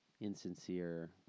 insincere